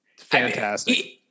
Fantastic